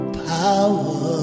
power